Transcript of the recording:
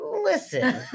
Listen